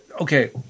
okay